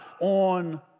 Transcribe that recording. on